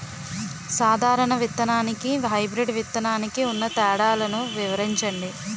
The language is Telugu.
సాధారణ విత్తననికి, హైబ్రిడ్ విత్తనానికి ఉన్న తేడాలను వివరించండి?